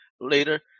later